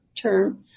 term